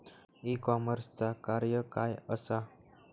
E कॉमर्सचा कार्य काय असा?